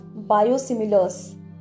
Biosimilars